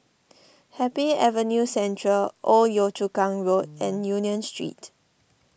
Happy Avenue Central Old Yio Chu Kang Road and Union Street